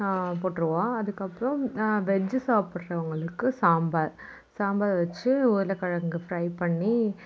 போட்டிருவோம் அதுக்கப்புறம் வெஜ்ஜி சாப்பிட்றவங்களுக்கு சாம்பார் சாம்பார் வச்சு உருளக்கிழங்கு ஃப்ரை பண்ணி